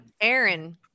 Aaron